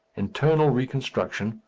internal reconstruction,